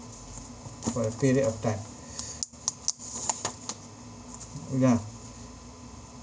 for a period of time yeah